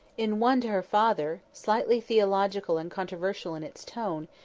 in one to her father, slightly theological and controversial in its tone,